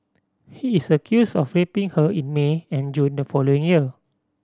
he is accused of raping her in May and June the following year